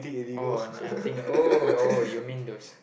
oh and I think oh oh you mean those